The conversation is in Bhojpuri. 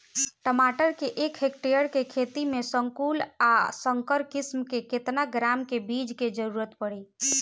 टमाटर के एक हेक्टेयर के खेती में संकुल आ संकर किश्म के केतना ग्राम के बीज के जरूरत पड़ी?